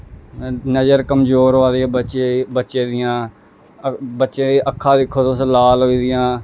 नज़र कमजोर होआ दी बच्चे दी बच्चे दियां बच्चे दियां अक्खां दिक्खो तुस लाल होई दियां